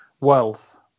wealth